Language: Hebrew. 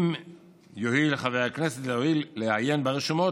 אם יואיל חבר הכנסת לעיין ברשומות,